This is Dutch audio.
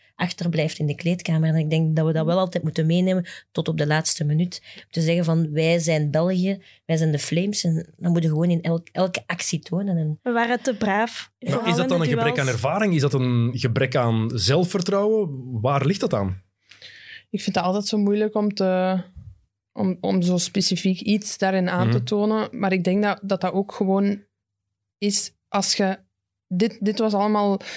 achterblijft in de kleedkamer. En ik denk dat we dat wel altijd moeten meenemen tot op de laatste minuut. Te zeggen van, wij zijn België, wij zijn de Flames en dan moeten we gewoon in elk- elke actie tonen en- We waren te braaf. Ja. Maar is dat Vooral in dan de een gebrek duels. aan ervaring? Is dat een gebrek aan zelfvertrouwen? Waar ligt dat aan? Ik vind het altijd zo moeilijk om te- om- om zo specifiek iets daarin aan Mhm. te tonen. Maar ik denk dat- dat dat ook gewoon is als je- Dit- dit was allemaal